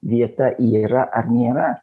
vieta yra ar nėra